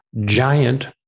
giant